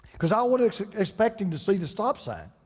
cause i wasn't expecting to see the stop sign.